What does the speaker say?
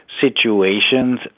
situations